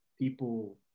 people